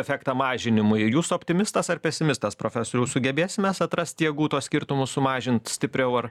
efektą mažinimui jūs optimistas ar pesimistas profesoriau sugebėsim mes atrast jėgų tuos skirtumus sumažint stipriau ar